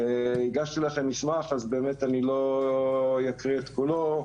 הגשתי לכם מסמך, אז באמת אני לא אקריא את כולו.